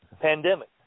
pandemic